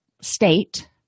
state